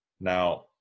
Now